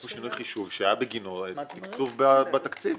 יש כאן שינוי חישוב שהיה בגינו תקצוב בתקציב.